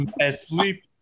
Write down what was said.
Asleep